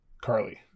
carly